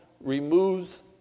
removes